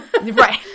right